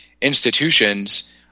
institutions